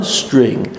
string